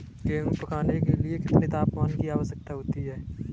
गेहूँ पकने के लिए कितने तापमान की आवश्यकता होती है?